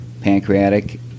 pancreatic